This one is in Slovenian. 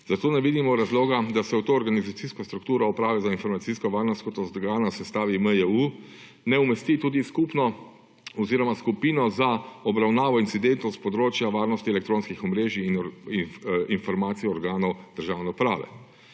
Zato ne vidimo razloga, da se v to organizacijsko strukturo Uprave za informacijsko varnost kot organa v sestavi MJU ne umesti tudi Skupine za obravnavo incidentov s področja varnosti elektronskih omrežij in informacij organov državne uprave.